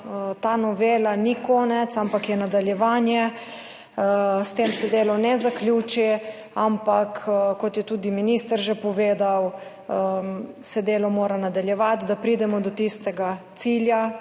ta novela ni konec, ampak je nadaljevanje. S tem se delo ne zaključi, ampak kot je tudi minister že povedal, se delo mora nadaljevati, da pridemo do tistega